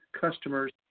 customers